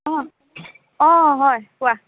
অঁ অঁ হয় কোৱা